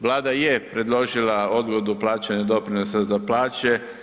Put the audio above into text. Vlada je predložila odgodu plaćanja doprinosa za plaće.